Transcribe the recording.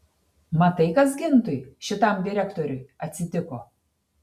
matai kas gintui šitam direktoriui atsitiko